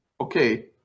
Okay